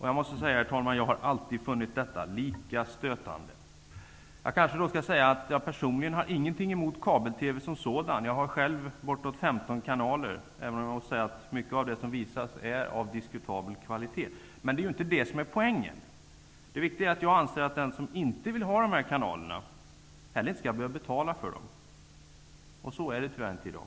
Jag har alltid funnit detta lika stötande. Jag kanske skall säga att jag personligen inte har någonting emot kabel-TV som sådan. Jag har själv bortåt 15 kanaler -- även om jag måste säga att mycket av det som visas är av diskutabel kvalitet. Men det är inte poängen. Det viktiga är att jag anser att den som inte vill ha dessa kanaler heller inte skall behöva betala för dem. Så är det tyvärr inte i dag.